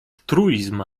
truizm